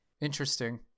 Interesting